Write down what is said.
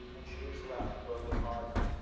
and she is left broken hearted.